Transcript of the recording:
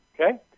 okay